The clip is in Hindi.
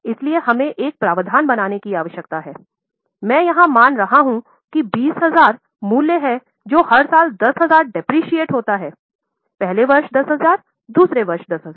इसलिए हमें एक प्रावधान बनाने की आवश्यकता है मैं यहां मान रहा हूं 20000 मूल्य है जो हर साल 10000 डेप्रेसटे होता है पहला वर्ष 10000 दूसरे वर्ष 10000